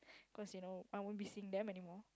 cause you know I won't be seeing them anymore